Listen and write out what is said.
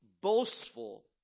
boastful